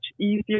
easier